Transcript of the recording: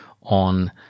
on